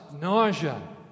nausea